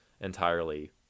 entirely